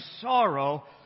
sorrow